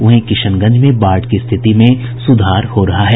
वहीं किशनगंज में बाढ़ की स्थिति में सुधार हो रहा है